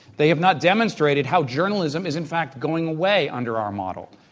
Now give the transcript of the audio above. they have not demonstrated how journalism is, in fact, going away under our model.